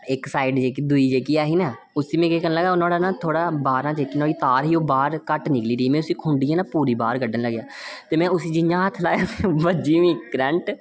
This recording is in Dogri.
इक्क साईड दूई जेह्की ऐही ना उसी में केह् करन लगा नुहाड़ा ना थोह्ड़ा बाहरा दा नुहाड़ी जेह्की तार ही ओह् थोह्ड़ी बाहर घट्ट निकली दी ही ते में ना उसी पूरी बाहर कड्ढन लग्गेआ ते में उसी जियां हत्थ लाया बज्झी मिगी करंट